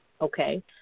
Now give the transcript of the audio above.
okay